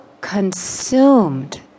consumed